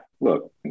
look